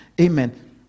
Amen